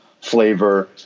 flavor